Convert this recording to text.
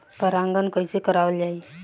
परागण कइसे करावल जाई?